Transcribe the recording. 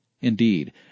Indeed